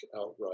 outright